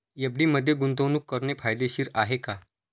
FD मध्ये गुंतवणूक करणे फायदेशीर आहे का?